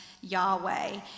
Yahweh